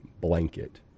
blanket